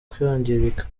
kwangirika